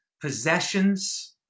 possessions